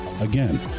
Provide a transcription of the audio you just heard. Again